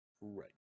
Right